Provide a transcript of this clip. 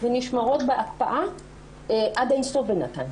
מוקפאות ונשמרות בהקפאה עד אין-סוף בינתיים.